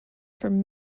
from